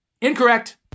Incorrect